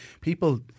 people